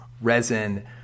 resin